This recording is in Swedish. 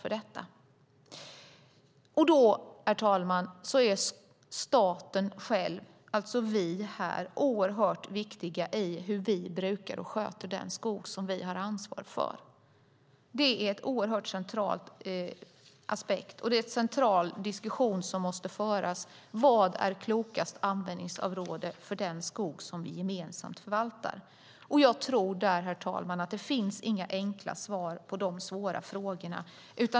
Då är staten, alltså vi här, oerhört viktig. Det handlar om hur vi brukar och sköter den skog som vi har ansvar för. Det är en central aspekt och en viktig diskussion som måste föras: Vilket är det klokaste användningsområdet för den skog som vi gemensamt förvaltar? Jag tror, herr talman, inte att det finns några enkla svar på de svåra frågorna.